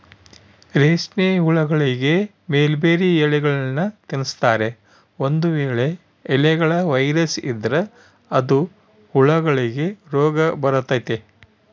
ರೇಷ್ಮೆಹುಳಗಳಿಗೆ ಮಲ್ಬೆರ್ರಿ ಎಲೆಗಳ್ನ ತಿನ್ಸ್ತಾರೆ, ಒಂದು ವೇಳೆ ಎಲೆಗಳ ವೈರಸ್ ಇದ್ರ ಅದು ಹುಳಗಳಿಗೆ ರೋಗಬರತತೆ